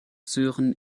sören